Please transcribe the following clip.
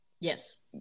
yes